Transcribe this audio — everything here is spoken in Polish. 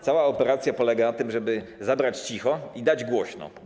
Cała operacja polega na tym, żeby zabrać cicho i dać głośno.